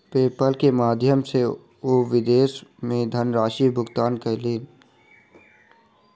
PayPal के माध्यम सॅ ओ विदेश मे धनराशि भुगतान कयलैन